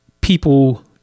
people